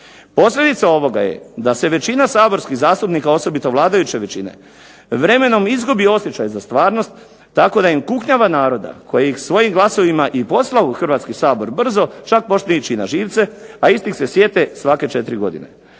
Posljedica ovoga je da većina saborskih zastupnika, osobito vladajuće većine, vremenom izgubi osjećaj za stvarnost tako da im kuknjava naroda koji ih je svojim glasovima i poslao u Hrvatski sabor brzo čak počne ići na živce, a istih se sjete svake četiri godine.